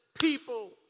people